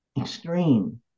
extreme